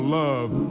love